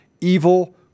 evil